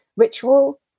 ritual